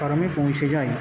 চরমে পৌঁছে যায়